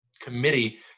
committee